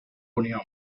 unión